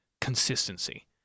consistency